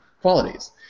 qualities